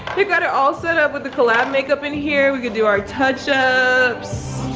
they got it all set up with the col-lab makeup in here. we could do our touch ups.